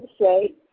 say